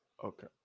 Okay